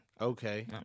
Okay